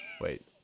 Wait